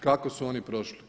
Kako su oni prošli?